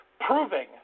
proving